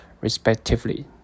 respectively